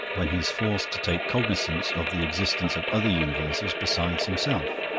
when he is forced to take cognisance of the existence of other universes besides himself.